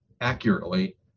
accurately